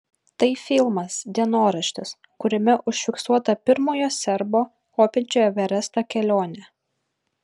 tai filmas dienoraštis kuriame užfiksuota pirmojo serbo kopiančio į everestą kelionė